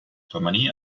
femení